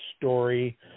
story